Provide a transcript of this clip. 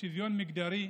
והשוויון המגדרי,